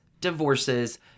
divorces